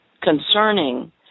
concerning